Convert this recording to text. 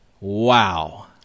Wow